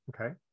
okay